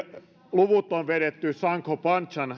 luvut on vedetty sancho panzan